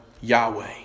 Yahweh